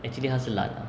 actually 它是懒啦